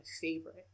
favorite